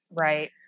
right